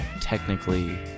technically